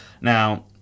Now